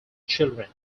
children